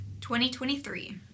2023